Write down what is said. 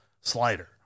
slider